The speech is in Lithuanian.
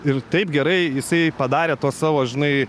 ir taip gerai jisai padarė tuo savo žinai